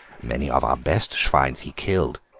many of our best schwines he killed,